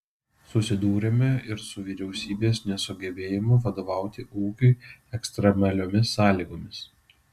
susidūrėme ir su vyriausybės nesugebėjimu vadovauti ūkiui ekstremaliomis sąlygomis